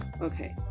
okay